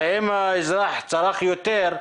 הרי אם האזרח צרך יותר,